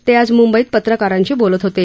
ते आज मुंबईत पत्रकारांशी बोलत होते